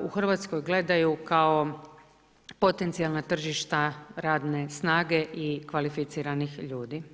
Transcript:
u Hrvatskoj gledaju kao potencijalna tržišta radne snage i kvalificiranih ljudi.